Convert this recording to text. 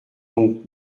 donc